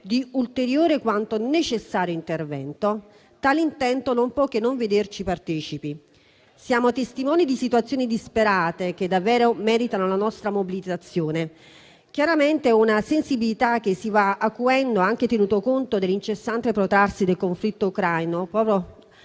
un ulteriore quanto mai necessario intervento, tale intento non può che vederci partecipi. Siamo testimoni di situazioni disperate, che davvero meritano la nostra mobilitazione. Chiaramente, è una sensibilità che si va acuendo anche tenuto conto dell'incessante protrarsi del conflitto ucraino,